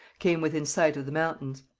came within sight of the mountains.